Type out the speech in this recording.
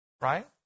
right